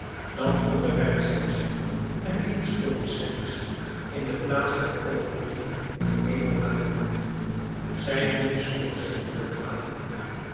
dan onderwerpt zij zich en neemt stoïcijnsch in de plaats der overwinning de nederlaag aan zij dient zonder zich te beklagen